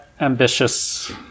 ambitious